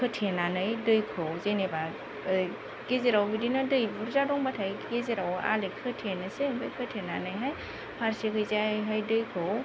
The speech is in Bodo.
खोथेनानै दैखौ जेनेबा गेजेराव बिदिनो दै बुरजा दंब्लाथाय गेजेराव आलि खोथेनोसै ओमफ्राय खोथेनानै फारसेथिंजायहाय दैखौ